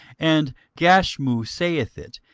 and gashmu saith it,